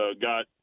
got